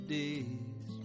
days